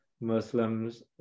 muslims